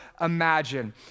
imagine